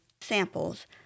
samples